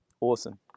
awesome